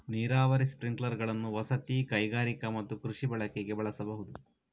ನೀರಾವರಿ ಸ್ಪ್ರಿಂಕ್ಲರುಗಳನ್ನು ವಸತಿ, ಕೈಗಾರಿಕಾ ಮತ್ತು ಕೃಷಿ ಬಳಕೆಗೆ ಬಳಸಬಹುದು